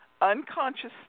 unconscious